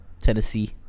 Tennessee